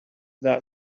that